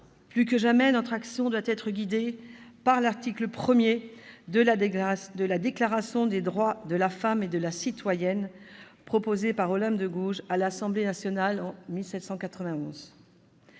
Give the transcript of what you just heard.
Plus que jamais, notre action doit être guidée par l'article 1 de la Déclaration des droits de la femme et de la citoyenne, proposée par Olympe de Gouges à l'Assemblée nationale en 1791.